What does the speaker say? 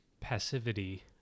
passivity